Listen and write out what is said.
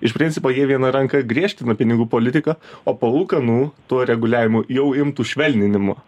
iš principo jie viena ranka griežtina pinigų politiką o palūkanų tuo reguliavimu jau imtų švelninimo